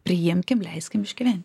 priimkim leiskim išgyvent